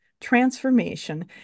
transformation